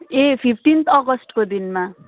ए fifteenth अगस्टको दिनमा